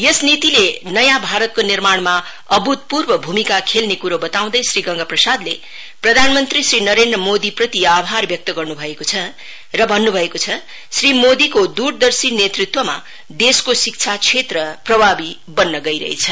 यस नीतिले नयाँ भारतको निर्माणमा अभूतपूर्व भूमिका खेल्ने कुरो बताउँदै श्री गंगाप्रसादले प्रधानमन्त्री श्री नरेन्द्र मोदीप्रति आभार व्यक्त गर्नु भएको छ र भन्नु भएको छ श्री मोदीको दुरदर्शी नेतृत्वमा देशको शिक्षा क्षेत्र प्रभावी बन्न गइरहेको छ